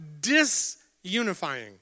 disunifying